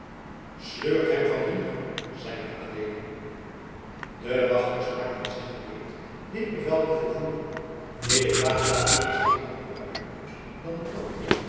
sleurt hem van hier zeide adeelen de wachters maakten zich gereed dit bevel te volvoeren deodaat zag reeds geene andere uitkomst dan den dood